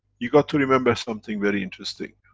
you got to remember something very interesting.